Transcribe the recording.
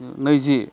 नैजि